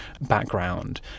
background